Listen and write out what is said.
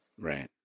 Right